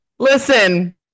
listen